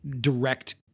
direct